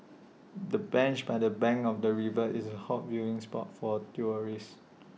the bench by the bank of the river is A hot viewing spot for tourists